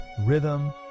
rhythm